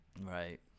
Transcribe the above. Right